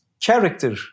character